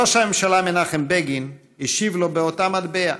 ראש הממשלה מנחם בגין השיב לו באותה מטבע: